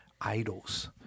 idols